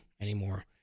anymore